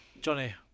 Johnny